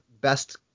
best